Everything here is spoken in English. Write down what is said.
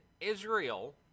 Israel